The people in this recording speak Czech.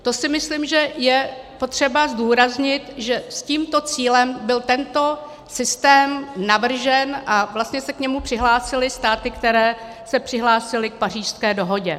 To si myslím, že je potřeba zdůraznit, že s tímto cílem byl tento systém navržen a vlastně se k němu přihlásily státy, které se přihlásily k Pařížské dohodě.